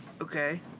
okay